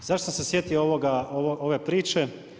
Zašto sam se sjetio ove priče?